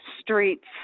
streets